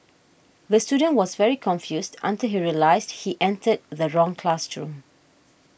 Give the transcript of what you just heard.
the student was very confused until he realised he entered the wrong classroom